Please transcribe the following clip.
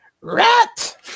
RAT